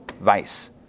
vice